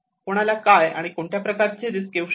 कोणाला काय कोणत्या प्रकारची रिस्क येऊ शकते